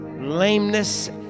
lameness